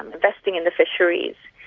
investing in the fisheries,